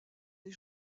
des